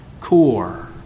core